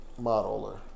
modeler